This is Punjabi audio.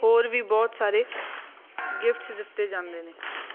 ਹੋਰ ਵੀ ਬਹੁਤ ਸਾਰੇ ਗਿਫਟਸ ਦਿੱਤੇ ਜਾਂਦੇ ਨੇ